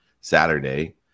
Saturday